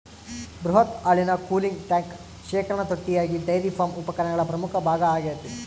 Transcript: ಬೃಹತ್ ಹಾಲಿನ cooling tank ಶೇಖರಣಾ ತೊಟ್ಟಿಯಾಗಿ ಡೈರಿ ಫಾರ್ಮ್ ಉಪಕರಣಗಳ ಪ್ರಮುಖ ಭಾಗ ಆಗೈತೆ